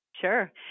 Sure